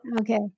okay